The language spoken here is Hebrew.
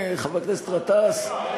חבר הכנסת גטאס,